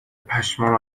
پشمام